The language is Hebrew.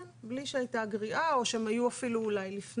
כן, בלי שהיתה גריעה, או שהם היו אפילו לפני.